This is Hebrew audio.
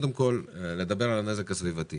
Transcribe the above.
אני רוצה לדבר על הנזק הסביבתי